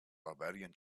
barbarian